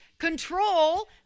control